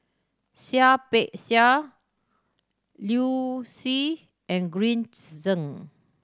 Seah Peck Seah Liu Si and Green Zeng